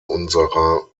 unserer